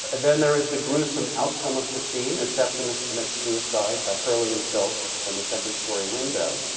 and then there is the gruesome outcome of the scene, as septimus commits suicide by hurling himself from the second story window,